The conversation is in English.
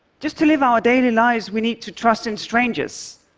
just to live our daily lives, we need to trust in strangers,